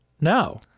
no